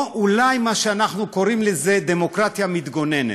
או אולי מה שאנחנו קוראים לו "דמוקרטיה מתגוננת".